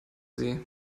sie